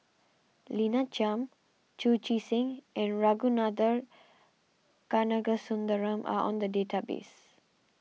Lina Chiam Chu Chee Seng and Ragunathar Kanagasuntheram are on the database